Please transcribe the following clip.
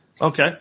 Okay